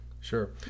Sure